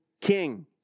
King